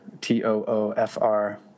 T-O-O-F-R